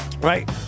Right